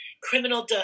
criminal